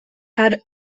had